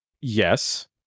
Yes